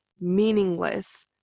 meaningless